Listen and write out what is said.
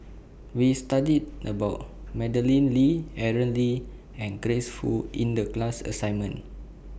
We studied about Madeleine Lee Aaron Lee and Grace Fu in The class assignment